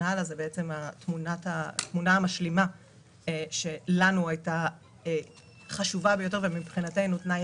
שהיא התמונה המשלימה שלנו הייתה חשובה ביותר ומבחינתנו היא תנאי